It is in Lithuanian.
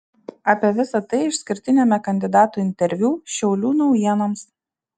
apie visa tai išskirtiniame kandidatų interviu šiaulių naujienoms